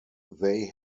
they